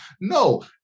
no